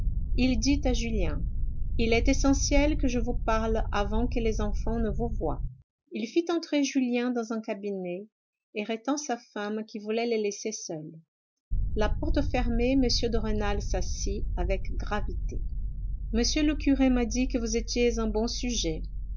il dit à julien il est essentiel que je vous parle avant que les enfants ne vous voient il fit entrer julien dans un cabinet et retint sa femme qui voulait les laisser seuls la porte fermée m de rênal s'assit avec gravité m le curé m'a dit que vous étiez un bon sujet